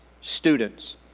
students